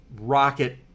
rocket